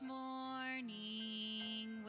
morning